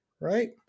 right